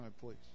please